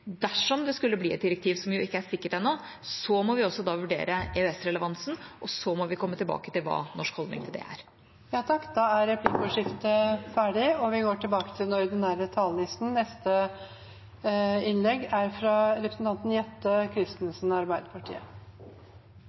Dersom det skulle bli et direktiv, som jo ikke er sikkert ennå, må vi så vurdere EØS-relevansen, og så må vi komme tilbake til hva den norske holdningen til det er. Replikkordskiftet er omme. Aller først vil jeg takke utenriksministeren for at hun tok opp den